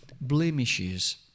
blemishes